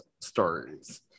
stories